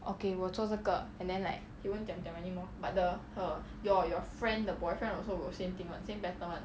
okay 我做这个 and then like